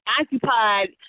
occupied